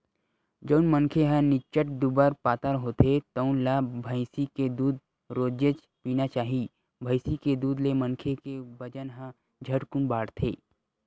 जउन मनखे ह निच्चट दुबर पातर होथे तउन ल भइसी के दूद रोजेच पीना चाही, भइसी के दूद ले मनखे के बजन ह झटकुन बाड़थे